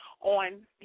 on